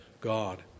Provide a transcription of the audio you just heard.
God